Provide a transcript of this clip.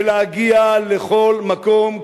ולהגיע לכל מקום.